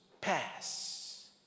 pass